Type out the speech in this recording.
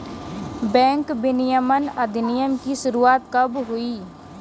Bank विनियमन अधिनियम की शुरुआत कब हुई?